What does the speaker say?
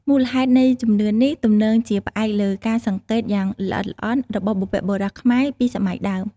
មូលហេតុនៃជំនឿនេះទំនងជាផ្អែកលើការសង្កេតយ៉ាងល្អិតល្អន់របស់បុព្វបុរសខ្មែរពីសម័យដើម។